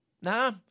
Nah